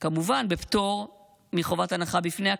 כמובן, בפטור מחובת הנחה בפני הכנסת,